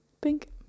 Pink